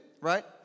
right